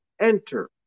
enter